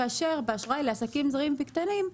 כאשר באשראי לעסקים זעירים וקטנים,